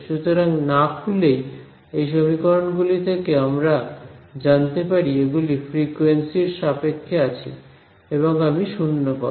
সুতরাং না খুলেই এই সমীকরণ গুলি থেকে আমরা জানতে পারি এগুলি ফ্রিকোয়েন্সি এর সাপেক্ষে আছে এবং আমি 0 পাব